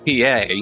PA